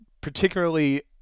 particularly